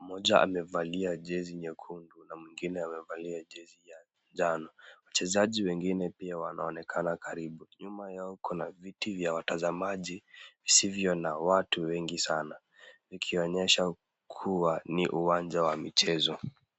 Mmoja amevalia jezi nyekundu na mwingine amevalia jezi ya njano. Wachezaji wengine pia wanaonekana karibu. Nyuma yao kuna viti vya watazamaji visivyo na watu wengi sana ikionyesha kuwa ni uwanja wa michezo.